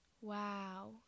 Wow